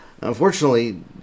Unfortunately